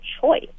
choice